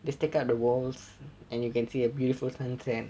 they take up the walls and you can see a beautiful sun set